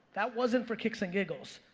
that wasn't for kicks and giggles.